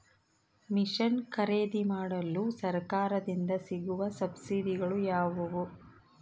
Mission ಖರೇದಿಮಾಡಲು ಸರಕಾರದಿಂದ ಸಿಗುವ ಸಬ್ಸಿಡಿಗಳು ಯಾವುವು?